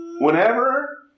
whenever